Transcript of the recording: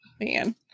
Man